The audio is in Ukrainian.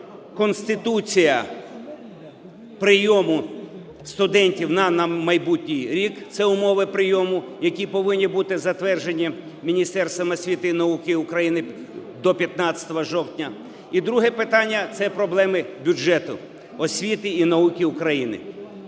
друге питання - це проблеми бюджету освіти і науки України.